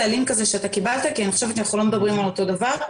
חושבת שעמליה סיפרה --- לפני הקורונה,